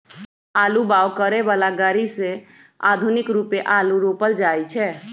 आलू बाओ करय बला ग़रि से आधुनिक रुपे आलू रोपल जाइ छै